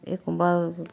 एखमबा